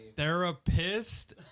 Therapist